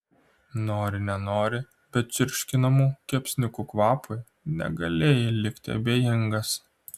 nori nenori bet čirškinamų kepsniukų kvapui negalėjai likti abejingas